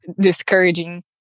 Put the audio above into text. discouraging